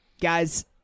guys